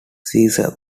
caesar